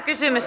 kiitos